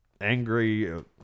angry